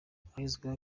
hashyizweho